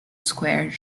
square